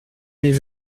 m’est